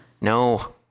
No